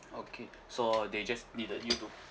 okay so they just needed you to